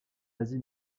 asie